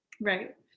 Right